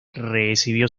recibió